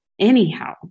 Anyhow